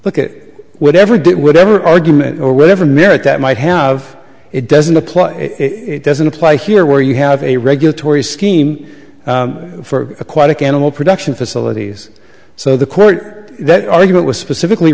look at whatever get whatever argument or whatever merit that might have it doesn't apply it doesn't apply here where you have a regulatory scheme for aquatic animal production facilities so the court that argument was specifically